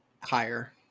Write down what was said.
Higher